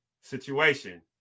situation